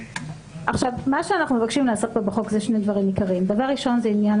מה שאנו מבקשים לעשות בחוק זה שני דברים עיקריים: ראשית,